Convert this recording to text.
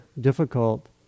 difficult